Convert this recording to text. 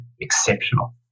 exceptional